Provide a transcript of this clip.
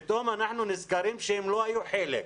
פתאום אנחנו נזכרים שהם לא היה חלק.